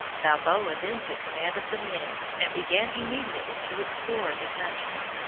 balboa then took command of the men and began immediately to explore the country.